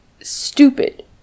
stupid